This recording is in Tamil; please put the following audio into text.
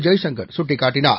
ஜெய்சங்கர் சுட்டிக்காட்டனார்